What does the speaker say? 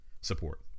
support